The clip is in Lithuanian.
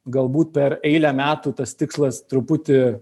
galbūt per eilę metų tas tikslas truputį